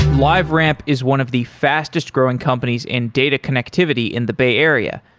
liveramp is one of the fastest growing companies in data connectivity in the bay area,